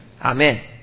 Amen